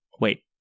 Wait